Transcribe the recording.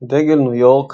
דגל ניו יורק,